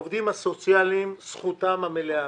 זכותם המלאה